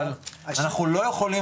אבל אנחנו לא יכולים,